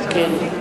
כן.